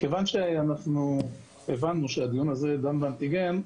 כיוון שאנחנו הבנו שהדיון הזה דן באנטיגן,